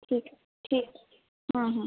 ঠিক ঠিক হুম হুম